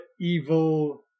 evil